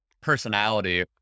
personality